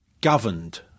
governed